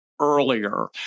earlier